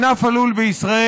ענף הלול בישראל,